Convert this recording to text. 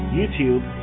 YouTube